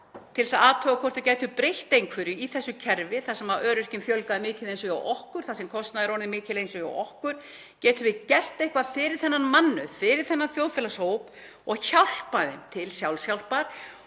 til að athuga hvort þeir gætu breytt einhverju í þessu kerfi — þar hafði öryrkjum fjölgaði mikið eins og hjá okkur, þar var kostnaður orðinn mikill eins og hjá okkur. Getum við gert eitthvað fyrir þennan mannauð, fyrir þennan þjóðfélagshóp og hjálpað þeim til sjálfshjálpar